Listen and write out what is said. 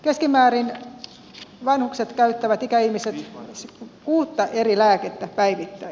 keskimäärin vanhukset ikäihmiset käyttävät kuutta eri lääkettä päivittäin